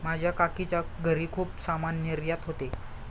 माझ्या काकीच्या घरी खूप सामान निर्यात होते